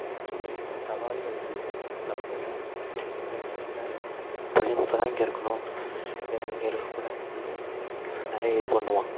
சவால்களுக்கு தொழில்நுட்பம் தான் இருக்கணும் இவன் இங்கே இருக்கக்கூடாது சொல்லி நிறைய இது பண்ணுவான்